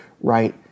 right